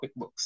QuickBooks